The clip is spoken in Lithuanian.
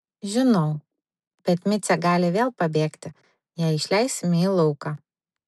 žinau bet micė gali vėl pabėgti jei išleisime į lauką